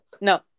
No